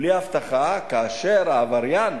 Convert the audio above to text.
בלי אבטחה, כאשר העבריין